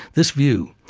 this view,